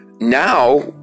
now